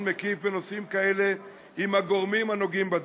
מקיף בנושאים האלה עם הגורמים הנוגעים בדבר.